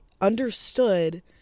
understood